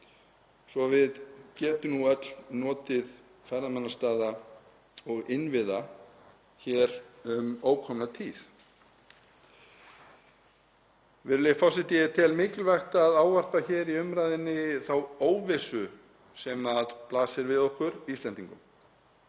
svo við getum öll notið ferðamannastaða og innviða hér um ókomna tíð. Virðulegi forseti. Ég tel mikilvægt að ávarpa hér í umræðunni þá óvissu sem blasir við okkur Íslendingum.